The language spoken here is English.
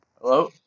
Hello